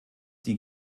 die